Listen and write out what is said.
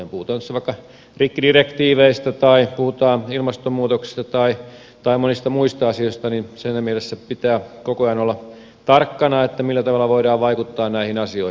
puhutaan nyt sitten vaikka rikkidirektiiveistä tai puhutaan ilmastonmuutoksesta tai monista muista asioista niin siinä mielessä pitää koko ajan olla tarkkana millä tavalla voidaan vaikuttaa näihin asioihin